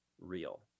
real